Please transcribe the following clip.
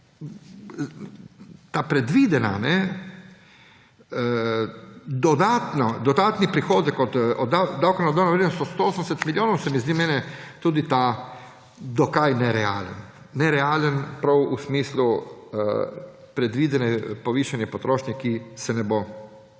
ta predviden dodatni prihodek od davka na dodano vrednost, od 180 milijonov, se zdi meni tudi ta dokaj nerealen. Nerealen prav v smislu predvidene povišane potrošnje, ki se ne bo